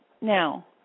now